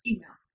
Email